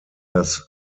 das